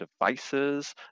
devices